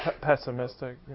Pessimistic